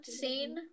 scene